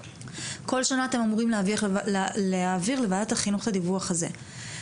כל שנה אתם אמורים להעביר לוועדת החינוך את הדיווח הזה,